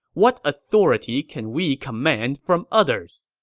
what authority can we command from others?